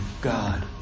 God